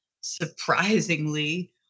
surprisingly